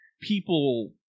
people